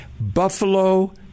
buffalo